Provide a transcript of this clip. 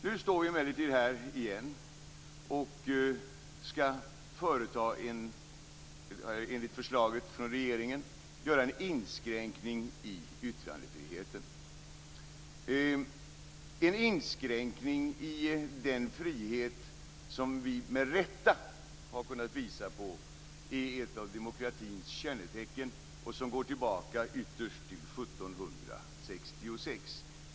Nu står vi emellertid här igen och skall enligt förslag från regeringen göra en inskränkning i yttrandefriheten. Det är en inskränkning i den frihet som vi med rätta har kunnat visa är ett av demokratins kännetecken. Den går ytterst tillbaka till 1766.